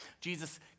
Jesus